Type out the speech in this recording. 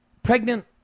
pregnant